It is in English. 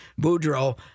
Boudreaux